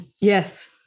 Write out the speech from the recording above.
Yes